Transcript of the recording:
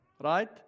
Right